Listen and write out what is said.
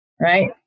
right